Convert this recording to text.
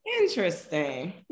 interesting